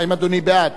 האם אדוני בעד?